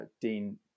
Dean